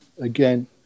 again